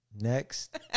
Next